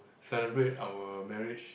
celebrate our marriage